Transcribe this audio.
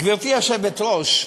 גברתי היושבת-ראש,